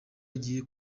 agiye